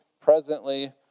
presently